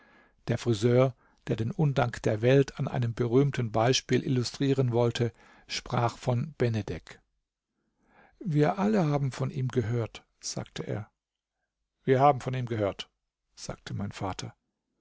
der friseur der den undank der welt an einem berühmten beispiel illustrieren wollte sprach von benedek wir alle haben von ihm gehört sagte er wir haben von ihm gehört sagte mein vater